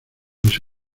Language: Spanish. mis